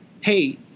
hey